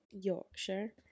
Yorkshire